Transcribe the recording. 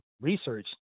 research